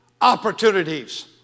opportunities